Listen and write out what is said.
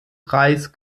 reis